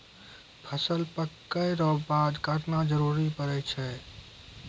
फसल पक्कै रो बाद काटना जरुरी पड़ै छै